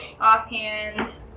offhand